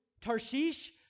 Tarshish